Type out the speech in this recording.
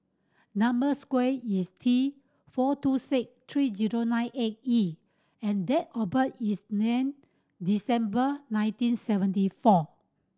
number sequence is T four two six three zero nine eight E and date of birth is December nineteen seventy four